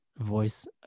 voice